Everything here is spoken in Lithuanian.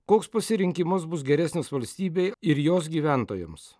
koks pasirinkimas bus geresnis valstybei ir jos gyventojams